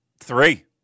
Three